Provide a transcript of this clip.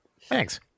Thanks